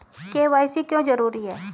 KYC क्यों जरूरी है?